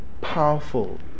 powerful